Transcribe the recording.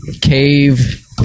cave